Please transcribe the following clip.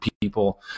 people